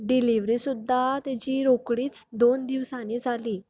delivery सुद्दां तेची रोकडीच दोन दिवसांनी जाली